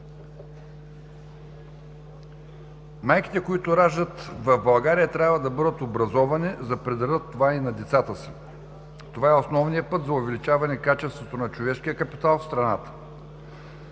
Майките, които раждат в България, трябва да бъдат образовани, за да предадат това и на децата си. Това е основният път за увеличаване качеството на човешкия капитал в страната.